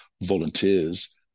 volunteers